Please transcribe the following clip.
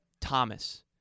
Thomas